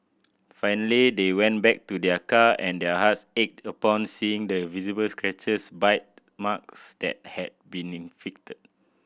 finally they went back to their car and their hearts ached upon seeing the visible scratches bite marks that had been inflicted